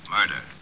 Murder